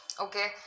Okay